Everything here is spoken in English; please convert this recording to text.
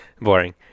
Boring